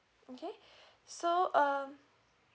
okay so um